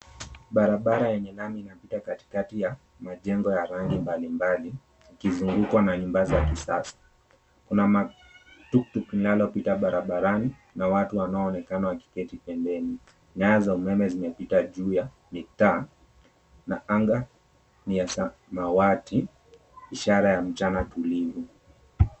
Barabara yenye lami inapita katikati ya majengo ya rangi mbalimbali ukizungukwa na nyumba za kisasa. Kuna tuktuk inayopita barabarani na watu wanaonekana kuketi pembeni, nyaya za umeme zimepita juu ya mitaa na anga ni ya samawati ishara ya mchana tulivu.